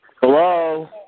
Hello